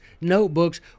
notebooks